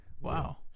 wow